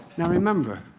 now remember